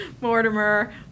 mortimer